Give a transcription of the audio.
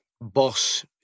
boss